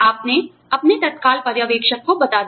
आपने अपने तत्काल पर्यवेक्षक को बता दिया